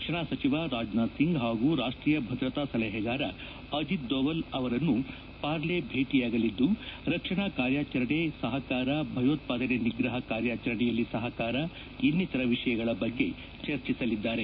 ರಕ್ಷಣಾ ಸಚಿವ ರಾಜನಾಥ್ ಸಿಂಗ್ ಹಾಗೂ ರಾಷ್ಟೀಯ ಭದ್ರತಾ ಸಲಹೆಗಾರ ಅಜಿತ್ ದೋವಲ್ ಅವರನ್ನು ಪಾರ್ಲೆ ಭೇಟಿಯಾಗಲಿದ್ದು ರಕ್ಷಣಾ ಕಾರ್ಯಾಚರಣೆ ಸಹಕಾರ ಭಯೋತ್ವಾದನೆ ನಿಗ್ರಹ ಕಾರ್ಯಾಚರಣೆಯಲ್ಲಿ ಸಹಕಾರ ಇನ್ನಿತರ ವಿಷಯಗಳ ಬಗ್ಗೆ ಚರ್ಚಿಸಲಿದ್ದಾರೆ